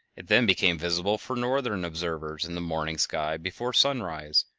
it then became visible for northern observers in the morning sky before sunrise,